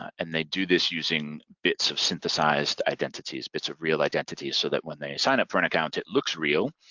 and they do this using bits of synthesized identities, bits or real identities, so that when they sign up for an account it looks real,